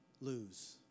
lose